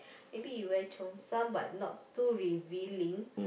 maybe you wear Cheongsam but not too revealing